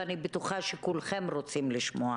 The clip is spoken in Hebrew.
ואני בטוחה שכולכם רוצים לשמוע.